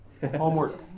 Homework